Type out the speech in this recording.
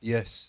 Yes